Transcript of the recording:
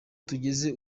tugeze